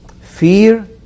Fear